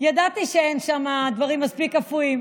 ידעתי שאין שם דברים מספיק אפויים.